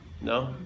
No